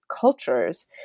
cultures